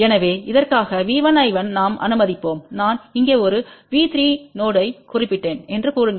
எனவேஇதற்காகV1I1நாம் அனுமதிப்போம் நான்இங்கேஒரு V3நோடுயைக் குறிப்பிட்டேன் என்று கூறுங்கள்